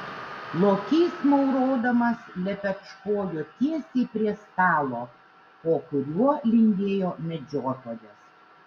lokys maurodamas lepečkojo tiesiai prie stalo po kuriuo lindėjo medžiotojas